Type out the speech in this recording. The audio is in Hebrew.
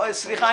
סליחה,